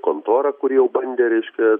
kontora kuri jau bandė reiškia